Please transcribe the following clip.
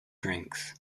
drinks